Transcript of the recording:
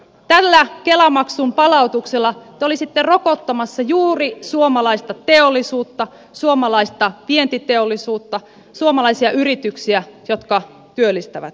tällä kela maksun palautuksella te olisitte rokottamassa juuri suomalaista teollisuutta suomalaista vientiteollisuutta suomalaisia yrityksiä jotka työllistävät ihmisiä